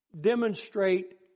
demonstrate